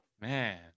man